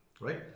Right